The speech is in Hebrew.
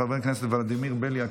חבר הכנסת ולדימיר בליאק,